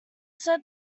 said